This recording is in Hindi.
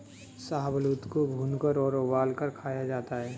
शाहबलूत को भूनकर और उबालकर खाया जाता है